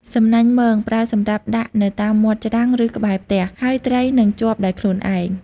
សំណាញ់មង ប្រើសម្រាប់ដាក់នៅតាមមាត់ច្រាំង ឬក្បែរផ្ទះ ហើយត្រីនឹងជាប់ដោយខ្លួនឯង។